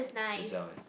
Giselle ya